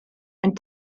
and